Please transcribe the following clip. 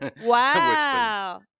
Wow